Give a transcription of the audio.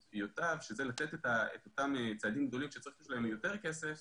שזה לתת את אותם צעדים גדולים שצריך להם יותר כסף